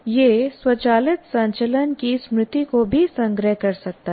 यह स्वचालित संचलन की स्मृति को भी संग्रह कर सकता है